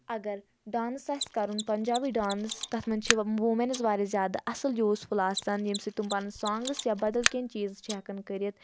اگر ڈانٕس آسہِ کَرُن پَنجابی ڈانٕس تَتھ منٛز چھِ ووٗمؠنٕز واریاہ زیادٕ اَصٕل یوٗزفُل آسان ییٚمہِ سۭتۍ تٕم پَنٕنۍ سانگٕس یا بَدل کینٛہہ چیٖز چھِ ہؠکان کٔرِتھ